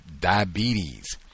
Diabetes